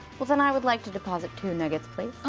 well then i would like to deposit two nuggets please.